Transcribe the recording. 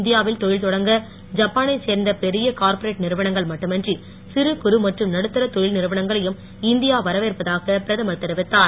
இந்தியாவில் தெழில் தொடங்க ஜப்பானைச் சேர்ந்த பெரிய கார்பொரேட் நிறுவனங்கள் மட்டுமின்றி சிறு குறு மற்றும் நடுத்தர தொழில் நிறுவனங்களையும் இந்தியா வரவேற்பதாக பிரதமர் தெரிவித்தார்